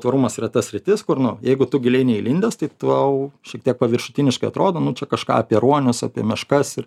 tvarumas yra ta sritis kur nu jeigu tu giliai neįlindęs tai tau šiek tiek paviršutiniškai atrodo nu čia kažką apie ruonius apie meškas ir